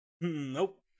Nope